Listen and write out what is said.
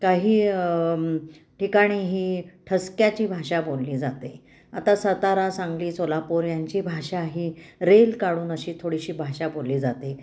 काही ठिकाणी ही ठसक्याची भाषा बोलली जाते आता सातारा सांगली सोलापूर यांची भाषा ही रेल काढून अशी थोडीशी भाषा बोलली जाते